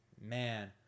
man